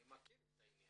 אני מכיר את העניין.